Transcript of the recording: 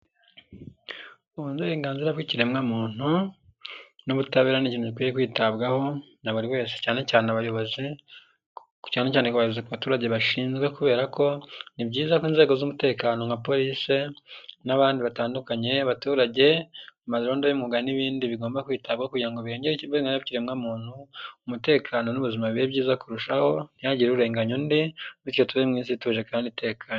Uburenganzira bw'ikiremwamuntu n'ubutabera ni gikwiye kwitabwaho na buri wese, cyane cyane abayobozi cyaneyobozi ku baturage babishinzwe, kubera ko ni byiza ko inzego z'umutekano nka police n'abandi batandukanye, baturage, amarondo y'umuga n'ibindi bigomba kwitabwaho kugira ngo birengere uburenganzira bw'ikirema muntu, umutekano n'ubuzima bibe byiza kurushaho ntihagire urenganya undi, bityo tube mu isi ituje kandi itekanye.